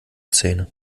zähne